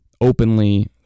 openly